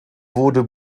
wurde